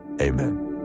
amen